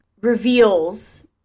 reveals